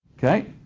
okay,